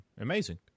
amazing